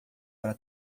para